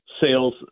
Sales